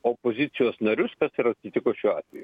opozicijos narius kas ir atsitiko šiuo atveju